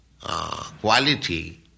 quality